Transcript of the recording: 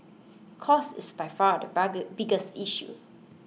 cost is by far the biggest issue